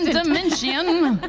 dimensy-ion,